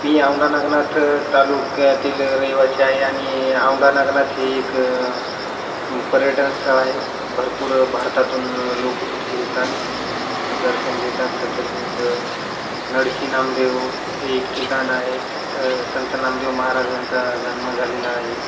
मी औंढानागनाथ तालुक्यातील रहिवासी आहे आणि औंढानागनाथ हे एक पर्यटन स्थळ आहे भरपूर भारतातून लोकं तिथे येतात दर्शन घेतात तसेच नरसी नामदेव हे एक ठिकाण आहे तिथं संत नामदेव महाराजांचा जन्म झालेला आहे